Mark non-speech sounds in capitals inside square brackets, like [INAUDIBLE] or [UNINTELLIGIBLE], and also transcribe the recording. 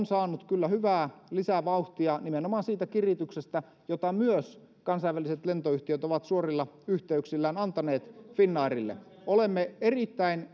[UNINTELLIGIBLE] saanut kyllä hyvää lisävauhtia nimenomaan siitä kirityksestä jota myös kansainväliset lentoyhtiöt ovat suorilla yhteyksillään antaneet finnairille olemme erittäin [UNINTELLIGIBLE]